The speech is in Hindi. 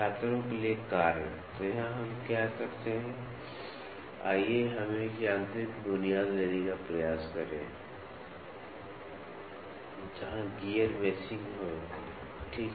छात्रों के लिए कार्य तो यहाँ हम क्या करते हैं आइए हम एक यांत्रिक बुनियाद लेने का प्रयास करें जहाँ गियर मेशिंग हो ठीक है